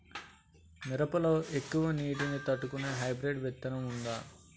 మిరప లో ఎక్కువ నీటి ని తట్టుకునే హైబ్రిడ్ విత్తనం వుందా?